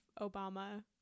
Obama